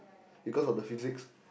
because of the physics